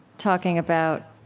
talking about